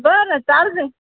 बरं चालू दे